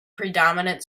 predominant